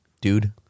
dude